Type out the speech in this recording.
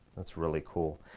that's really cool.